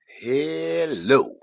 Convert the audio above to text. hello